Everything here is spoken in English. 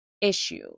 issue